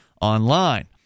online